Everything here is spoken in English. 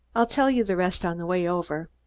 i'll tell you the rest on the way over.